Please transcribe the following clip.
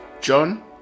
John